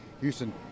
Houston